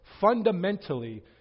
fundamentally